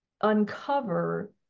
uncover